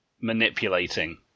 manipulating